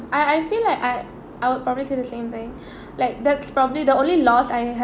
I I feel like I I would probably say the same thing like that's probably the only lost I~